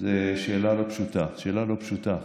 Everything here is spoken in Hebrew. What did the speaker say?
זו שאלה לא פשוטה, שאלה לא פשוטה.